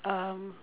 um